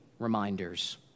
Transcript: reminders